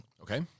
Okay